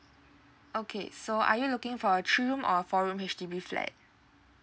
okay so are you looking for a three room or four room H_D_B flat